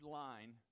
line